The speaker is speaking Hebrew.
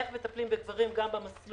איך מטפלים בגברים גם במסלול